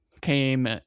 came